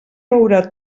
veure